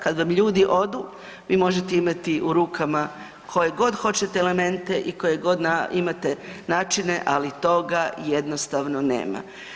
Kad vam ljudi odu, vi možete imati u rukama koje god hoćete elemente i koje god imate načine ali toga jednostavno nema.